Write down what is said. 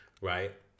right